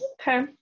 Okay